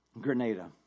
Grenada